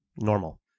normal